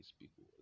people